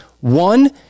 One